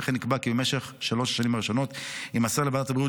וכן נקבע כי במשך שלוש השנים הראשונות יימסר לוועדת הבריאות